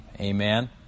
Amen